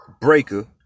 Breaker